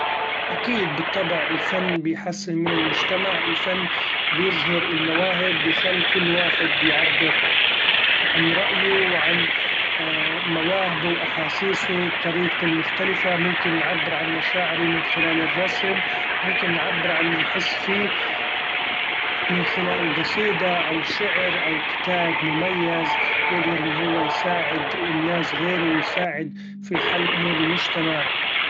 أكيد بالطبع الفن يحسن من المجتمع، الفن بيظهر المواهب بيخل كل واحد بيعبر عن رأيه وعن مواهبه واحاسيسه بطريقته المختلفة ، ممكن نعبر عن مشاعري من خلال الرسم ممكن نعبر عن اللي نحس فيه ‹صوت نفس› من خلال قصيدة أو شعر أو كتاب مميز يقدر إن هو يساعد الناس غيري ويساعد في حل امور المچتمع.